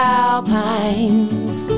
alpines